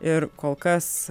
ir kol kas